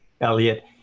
Elliot